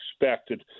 expected